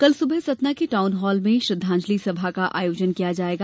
कल सुबह सतना के टाउन हॉल में श्रद्धांजलि सभा का आयोजन किया जायेगा